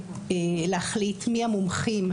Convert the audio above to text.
להחליט מי המומחים,